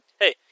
hey